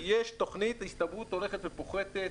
יש תוכנית, ההסתברות הולכת ופוחתת.